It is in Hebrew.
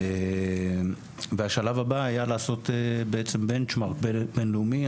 והשלב הבא היה לעשות בנצ'מרק בין-לאומי.